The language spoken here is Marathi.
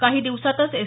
काही दिवसांतच एस